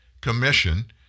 Commission